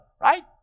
right